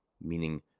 meaning